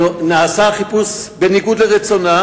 ונעשה חיפוש בניגוד לרצונה,